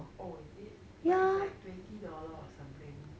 oh is it but it's like twenty dollar or something